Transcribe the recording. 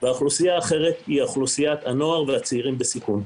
היא אוכלוסיית הנוער והצעירים בסיכון.